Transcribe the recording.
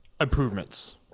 improvements